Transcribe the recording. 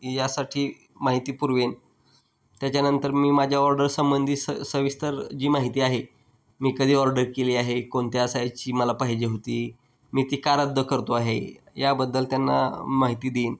यासाठी माहिती पुरवेन त्याच्यानंतर मी माझ्या ऑर्डर संंबंधी स सविस्तर जी माहिती आहे मी कधी ऑर्डर केली आहे कोणत्या असायची मला पाहिजे होती मी ती का रद्द करतो आहे याबद्दल त्यांना माहिती देईन